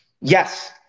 Yes